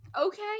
Okay